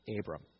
Abram